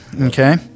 Okay